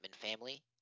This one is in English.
family